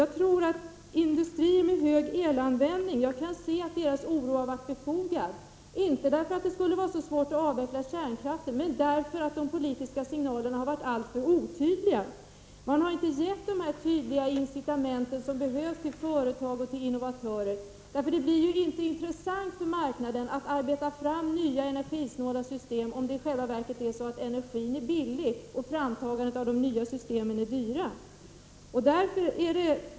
Jag kan inse att den oro som kommer från representanter för industrier med hög elanvändning har varit befogad — inte därför att det skulle vara så svårt att avveckla kärnkraften, utan därför att de politiska signalerna har varit alltför otydliga. Man har inte givit de tydliga incitamenten som är nödvändiga till företag och innovatörer. Det blir ju inte intressant för marknaden att arbeta fram nya, energisnåla system om energin i själva verket är billig, medan framtagandet av de nya systemen är dyrt.